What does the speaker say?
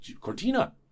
Cortina